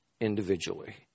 individually